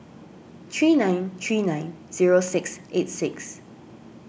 three nine three nine zero six eight six